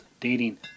dating